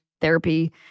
therapy